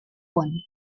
won